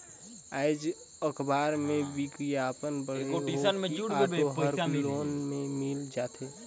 आएज अखबार में बिग्यापन पढ़े हों कि ऑटो हर लोन में मिल जाथे